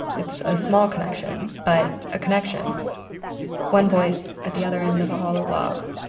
it's a small connection but a connection one voice at the other end of a hollow log.